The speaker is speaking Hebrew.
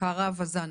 קרא וזאנה,